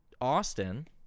Austin